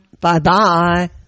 bye-bye